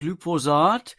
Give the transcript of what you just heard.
glyphosat